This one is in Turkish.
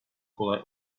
kolay